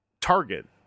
target